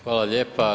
Hvala lijepa.